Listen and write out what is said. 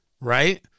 Right